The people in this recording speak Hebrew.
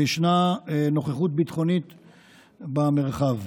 וישנה נוכחות ביטחונית במרחב.